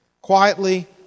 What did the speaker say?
quietly